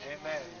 Amen